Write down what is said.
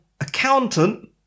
accountant